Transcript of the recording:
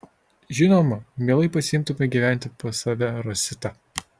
žinoma mielai pasiimtume gyventi pas save rositą